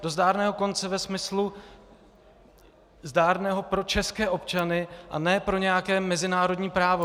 Do zdárného konce ve smyslu zdárného pro české občany, a ne pro nějaké mezinárodní právo.